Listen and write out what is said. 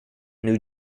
new